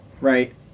Right